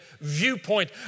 viewpoint